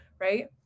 right